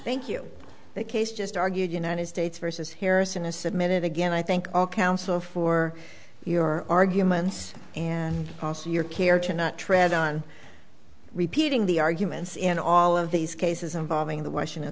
thank you that case just argued united states versus harrison is submitted again i thank all counsel for your arguments and also your care to not tread on repeating the arguments in all of these cases involving the washington